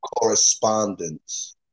correspondence